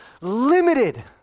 limited